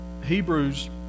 Hebrews